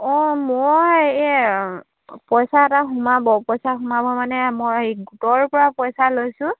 অঁ মই এই পইচা এটা সোমাব পইচা সোমাব মানে মই এই গোটৰ পৰা পইচা লৈছোঁ